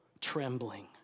trembling